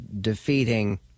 defeating